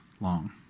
long